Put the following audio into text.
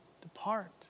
depart